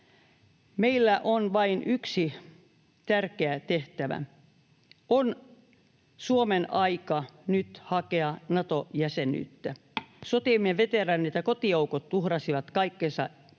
meillä on vain yksi tärkeä tehtävä: on Suomen aika nyt hakea Nato-jäsenyyttä. Sotiemme veteraanit ja kotijoukot uhrasivat kaikkensa